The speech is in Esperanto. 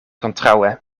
kontraŭe